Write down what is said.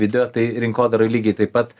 video tai rinkodaroj lygiai taip pat